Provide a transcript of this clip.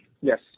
Yes